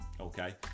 okay